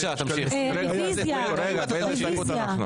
הצבעה לא אושר.